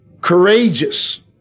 Courageous